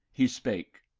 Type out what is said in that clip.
he spake,